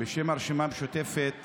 בשם הרשימה המשותפת